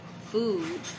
food